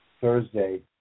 Thursday